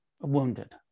wounded